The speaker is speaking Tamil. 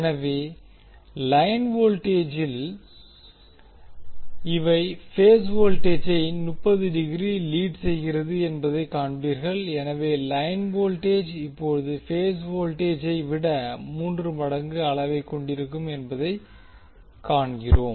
எனவே லைன் வோல்டேஜில் இவை பேஸ் வோல்டேஜை 30 டிகிரி லீட் செய்கிறது என்பதைக் காண்பீர்கள் எனவே லைன் வோல்டேஜ் இப்போது பேஸ் வோல்டேஜை விட 3 மடங்கு அளவைக் கொண்டிருக்கும் என்பதையும் காண்கிறோம்